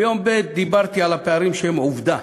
ביום ב' דיברתי על הפערים שהם עובדה.